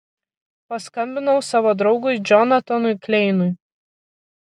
paskambinau savo draugui džonatanui kleinui